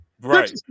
Right